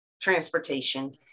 transportation